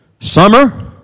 Summer